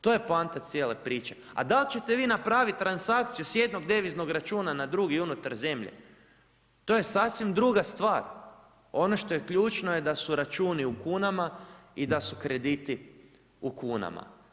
To je poanta cijele priče a dal' ćete vi napraviti transakciju s jednog deviznog računa na drugi unutar zemlje, to je sasvim druga stvar, ono što je ključno je da su računi u kunama i da su krediti u kunama.